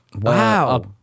Wow